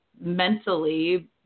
mentally